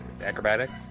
acrobatics